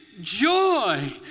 joy